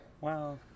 Wow